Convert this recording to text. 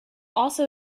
also